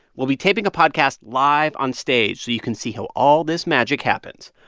we'll be taping a podcast live onstage, so you can see how all this magic happens.